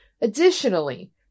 Additionally